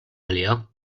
għaliha